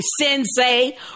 sensei